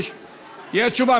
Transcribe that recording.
יש תשובה.